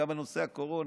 גם בנושא הקורונה.